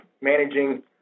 managing